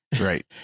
Right